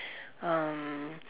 um